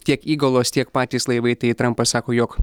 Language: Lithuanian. tiek įgulos tiek patys laivai tai trampas sako jog